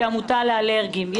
שהיא עמותה לאלרגיים.